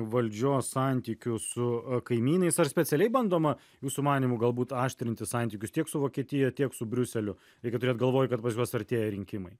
valdžios santykių su kaimynais ar specialiai bandoma jūsų manymu galbūt aštrinti santykius tiek su vokietija tiek su briuseliu reikia turėt galvoj kad pas juos artėja rinkimai